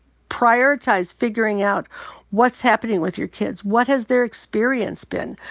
prioritize figuring out what's happening with your kids. what has their experience been?